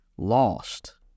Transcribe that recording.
lost